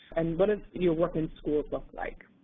and what does your work in schools look like?